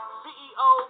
ceo